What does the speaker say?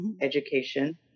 education